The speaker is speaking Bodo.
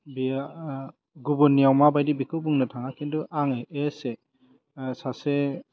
बियो गुबुननियाव माबायदि बेखौ बुंनो थाङा खिन्थु आङो एस एह सासे